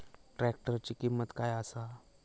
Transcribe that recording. ट्रॅक्टराची किंमत काय आसा?